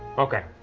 okay.